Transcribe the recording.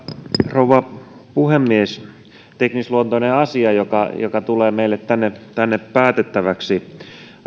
rouva puhemies teknisluontoinen asia joka joka tulee meille tänne tänne päätettäväksi